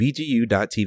VGU.TV